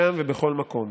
שם ובכל מקום: